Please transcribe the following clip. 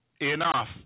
enough